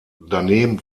daneben